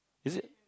is it